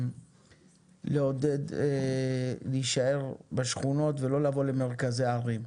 לעודד להישאר בשכונות ולא לבוא למרכזי הערים,